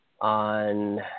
on